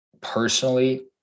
personally